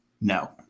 No